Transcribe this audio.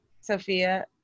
Sophia